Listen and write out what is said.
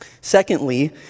Secondly